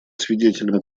свидетелем